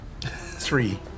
Three